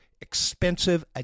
expensive